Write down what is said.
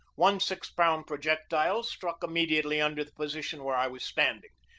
one six-pound pro jectile struck immediately under the position where i was standing.